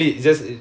ya